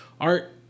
art